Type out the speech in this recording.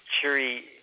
cheery